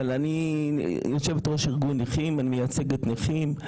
אבל אני יושבת-ראש ארגון נכים, אני מייצגת נכים.